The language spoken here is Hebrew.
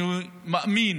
אני מאמין